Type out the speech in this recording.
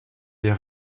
des